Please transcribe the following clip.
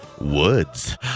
Woods